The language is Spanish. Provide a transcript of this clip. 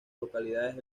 localidades